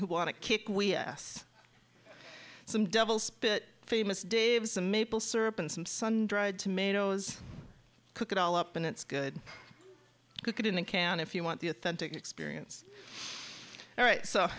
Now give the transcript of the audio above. who want to kick we s some devil spit famous daves a maple syrup and some sun dried tomatoes cook it all up and it's good cook it in a can if you want the authentic experience all right so